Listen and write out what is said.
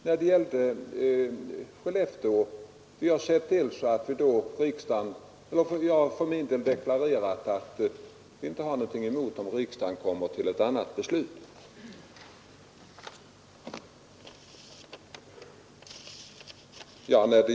När det gäller Skellefteå, har jag för min del deklarerat att jag inte har någonting emot om riksdagen kommer fram till ett annat beslut.